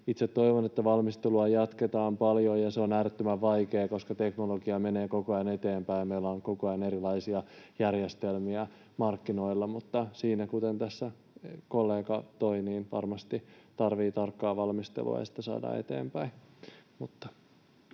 Itse toivon, että valmistelua jatketaan paljon, ja se on äärettömän vaikeaa, koska teknologia menee koko ajan eteenpäin. Meillä on koko ajan erilaisia järjestelmiä markkinoilla. Mutta siinä, kuten tässä kollega toi esiin, varmasti tarvitaan tarkkaa valmistelua, ja sitä saadaan eteenpäin.